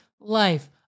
life